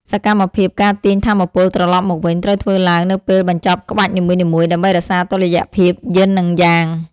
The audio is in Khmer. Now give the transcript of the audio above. សកម្មភាព ការទាញថាមពលត្រឡប់មកវិញ ត្រូវធ្វើឡើងនៅពេលបញ្ចប់ក្បាច់នីមួយៗ ដើម្បីរក្សាតុល្យភាពយិននិងយ៉ាង។